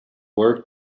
work